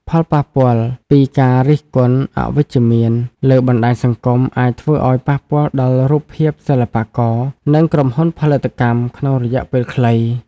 ផលប៉ះពាល់ពីការរិះគន់អវិជ្ជមានលើបណ្តាញសង្គម អាចធ្វើឱ្យប៉ះពាល់ដល់រូបភាពសិល្បករ និងក្រុមហ៊ុនផលិតកម្មក្នុងរយៈពេលខ្លី។